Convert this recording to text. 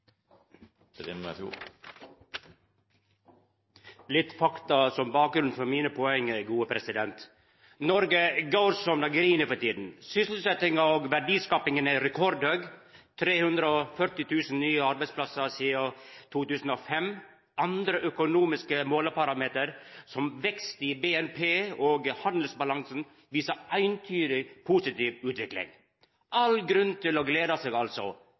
så det grin for tida. Sysselsettinga og verdiskapinga er rekordhøg – 330 000 nye arbeidsplassar sidan 2005. Andre økonomiske måleparameter, som vekst i BNP og handelsbalansen, viser eintydig positiv utvikling. Det er all grunn til å gleda seg altså